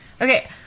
Okay